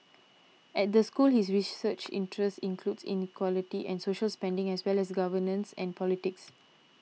at the school his research interests includes inequality and social spending as well as governance and politics